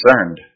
concerned